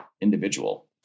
individual